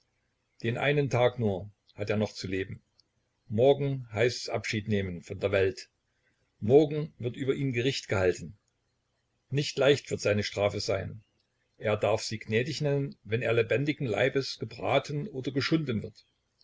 den einen tag nur hat er noch zu leben morgen heißt's abschied nehmen von der welt morgen wird über ihn gericht gehalten nicht leicht wird seine strafe sein er darf sie gnädig nennen wenn er lebendigen leibes gebraten oder geschunden wird